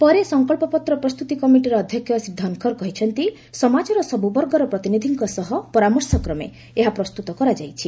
ପରେ ସଙ୍କକ୍ସ ପତ୍ର ପ୍ରସ୍ତୁତି କମିଟିର ଅଧ୍ୟକ୍ଷ ଶ୍ରୀ ଧନ୍ଖର କହିଛନ୍ତି ସମାଜର ସବୁ ବର୍ଗର ପ୍ରତିନିଧିଙ୍କ ସହ ପରାମର୍ଶକ୍ରମେ ଏହା ପ୍ରସ୍ତୁତ କରାଯାଇଛି